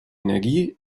energie